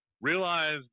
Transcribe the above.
Realize